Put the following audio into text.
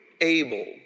able